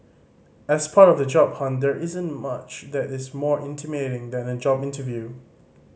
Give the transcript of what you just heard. as part of the job hunt there isn't much that is more intimidating than a job interview